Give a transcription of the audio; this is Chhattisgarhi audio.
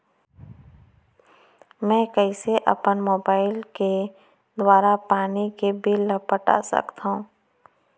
मैं कइसे अपन मोबाइल के दुवारा पानी के बिल ल पटा सकथव?